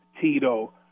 tito